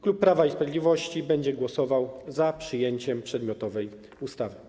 Klub Prawa i Sprawiedliwości będzie głosował za przyjęciem przedmiotowej ustawy.